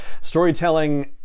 storytelling